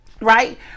Right